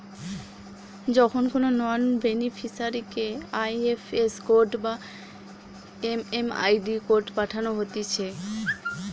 যখন কোনো নন বেনিফিসারিকে আই.এফ.এস কোড বা এম.এম.আই.ডি কোড পাঠানো হতিছে